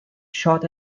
shot